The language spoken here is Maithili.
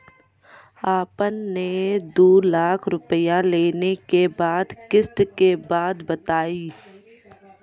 आपन ने दू लाख रुपिया लेने के बाद किस्त के बात बतायी?